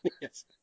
Yes